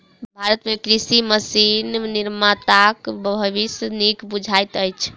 भारत मे कृषि मशीन निर्माताक भविष्य नीक बुझाइत अछि